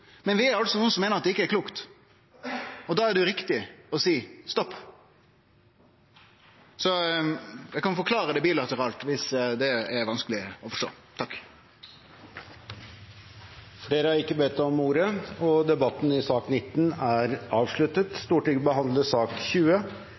men vi er nokon som meiner at det ikkje er klokt, og da er det jo riktig å seie stopp. Eg kan forklare det bilateralt viss det er vanskeleg å forstå. Flere har ikke bedt om ordet til sak nr. 19. Etter ønske fra transport- og kommunikasjonskomiteen vil presidenten ordne debatten